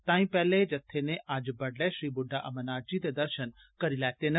तांई पैहले जत्थे नै अज्ज बड्डलै श्री बुड्डा अमरनाथ जी दे दर्शन कीत्ते